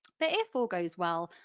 but if all goes well,